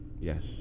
Yes